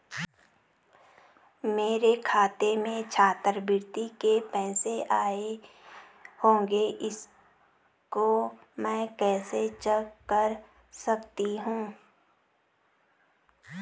मेरे खाते में छात्रवृत्ति के पैसे आए होंगे इसको मैं कैसे चेक कर सकती हूँ?